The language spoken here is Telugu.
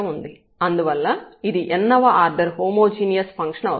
అందువల్ల ఇది n వ ఆర్డర్ హోమోజీనియస్ ఫంక్షన్ అవుతుంది